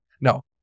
No